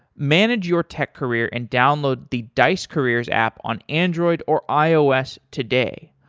manage your tech career and download the dice careers app on android or ios today.